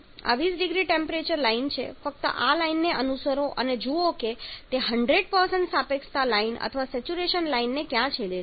આ 20 0C temperature line છે ફક્ત આ લાઈનને અનુસરો અને જુઓ કે તે 100 સાપેક્ષતા લાઈન અથવા સેચ્યુરેશન લાઈનને ક્યાં છેદે છે